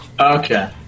Okay